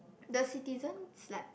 the citizens like